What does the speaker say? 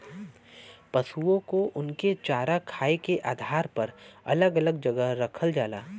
पसुओ को उनके चारा खाए के आधार पर अलग अलग जगह रखल जाला